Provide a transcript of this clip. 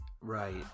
right